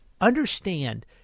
understand